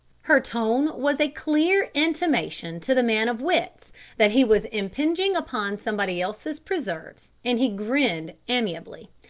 her tone was a clear intimation to the man of wits that he was impinging upon somebody else's preserves and he grinned amiably.